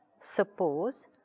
suppose